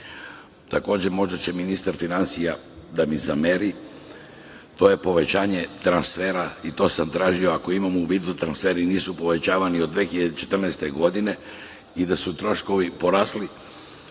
možda će ministar finansija da mi zameri, to je povećanje transfera i to sam tražio. Ako imamo u vidu, transferi nisu povećavani od 2014. godine i da su troškovi porasli,